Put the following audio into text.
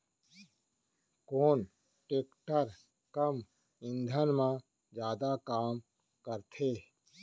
कोन टेकटर कम ईंधन मा जादा काम करथे?